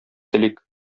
телик